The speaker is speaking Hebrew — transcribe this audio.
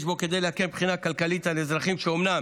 יש בו כדי להקל מבחינה כלכלית על אזרחים שאומנם